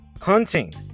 hunting